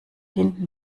hinten